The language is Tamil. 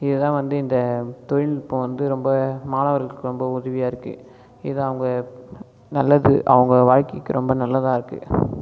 இது தான் வந்து இந்த தொழில்நுட்பம் வந்து ரொம்ப மாணவர்களுக்கு ரொம்ப உதவியாக இருக்குது இது அவங்க நல்லது அவங்க வாழ்க்கைக்கு ரொம்ப நல்லதாக இருக்குது